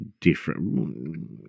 different